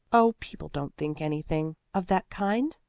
oh, people don't think anything of that kind,